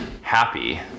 happy